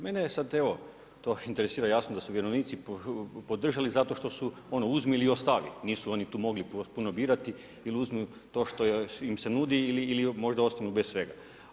Mene sad to interesira, jasno da su vjerovnici podržali zato što su ono, uzmi ili ostavi, nisu oni tu mogli puno birati ili uzmi to što im se nudi ili možda ostanu bez svega.